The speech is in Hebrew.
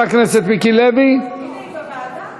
היא אמרה לך שהיא הולכת לוועדה.